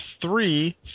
three